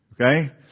Okay